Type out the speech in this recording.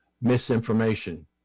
misinformation